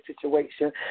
situation